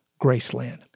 Graceland